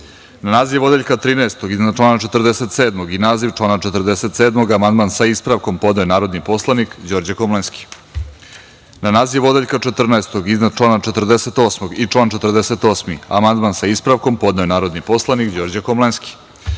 naziv odeljka 13. iznad člana 47. i naziv člana 47. amandman, sa ispravkom, podneo je narodni poslanik Đorđe Komlenski. Na naziv odeljka 14. iznad člana 48. i član 48. amandman, sa ispravkom, podneo je narodni poslanik Đorđe Komlenski. Na